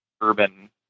urban